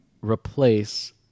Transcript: replace